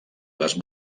les